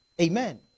Amen